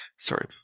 Sorry